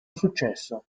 successo